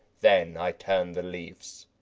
then i turn'd the leaves,